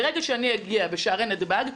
ברגע שאני אגיע לשערי נתב"ג,